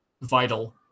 vital